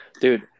Dude